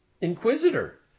Inquisitor